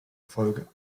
folge